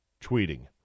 tweeting